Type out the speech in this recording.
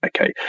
Okay